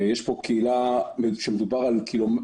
יש פה קהילה שמדובר בקילומטר,